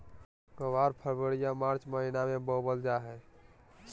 ग्वार फरवरी या मार्च महीना मे बोवल जा हय